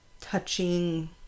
touching